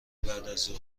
بعدازظهر